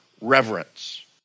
reverence